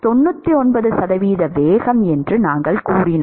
99 சதவீத வேகம் என்று நாங்கள் கூறினோம்